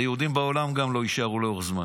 היהודים בעולם גם לא יישארו לאורך זמן,